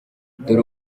dore